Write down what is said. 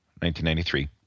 1993